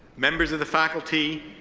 members of the faculty,